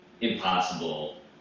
impossible